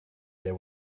there